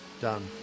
Done